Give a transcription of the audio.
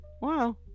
Wow